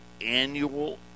annual